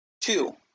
two